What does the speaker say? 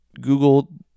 Google